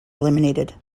eliminated